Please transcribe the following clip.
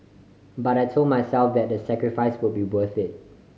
but I told myself that the sacrifice would be worth it